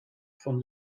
von